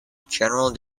general